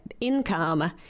income